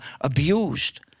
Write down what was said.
abused